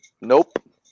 Nope